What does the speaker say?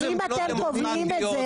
ככה זה במדינות דמוקרטיות,